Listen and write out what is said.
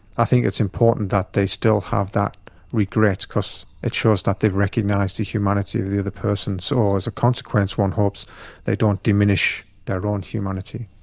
i think it's important that they still have that regret because it shows that they recognise the humanity of the other person. so as a consequence one hopes they don't diminish their own humanity.